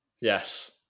Yes